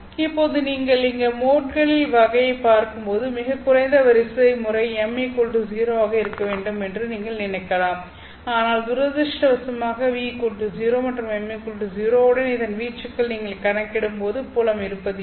இப்போது நீங்கள் இங்கே மோட்களின் வகையைப் பார்க்கும்போது மிகக் குறைந்த வரிசை முறை m 0 ஆக இருக்க வேண்டும் என்று நீங்கள் நினைக்கலாம் ஆனால் துரதிர்ஷ்டவசமாக ʋ 0 மற்றும் m 0 உடன் இதன் வீச்சுகளை நீங்கள் கணக்கிடும்போது புலம் இருப்பது இல்லை